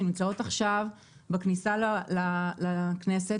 שנמצאות עכשיו בכניסה לכנסת,